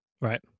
Right